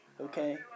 Okay